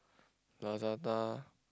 Lazada